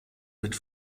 mit